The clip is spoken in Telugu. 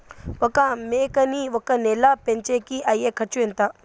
ఒక మేకని ఒక నెల పెంచేకి అయ్యే ఖర్చు ఎంత?